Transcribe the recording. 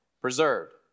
preserved